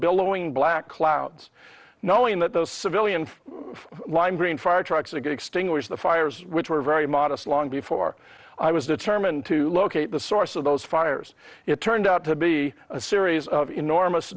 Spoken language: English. billowing black clouds knowing that those civilian lime green fire trucks and to extinguish the fires which were very modest long before i was determined to locate the source of those fires it turned out to be a series of enormous